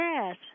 Yes